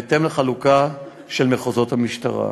בהתאם לחלוקה של מחוזות המשטרה.